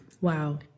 Wow